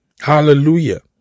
Hallelujah